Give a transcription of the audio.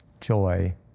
Joy